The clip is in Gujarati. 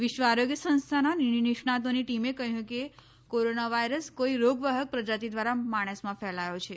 વિશ્વ આરોગ્ય સંસ્થાના નિષ્ણાંતોની ટીમે કહ્યું કે કોરોના વાયરસ કોઈ રોગવાહક પ્રજાતિ દ્વારા માણસમાં ફેલાયો છે